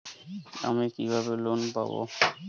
আমি কিভাবে লোন পাব?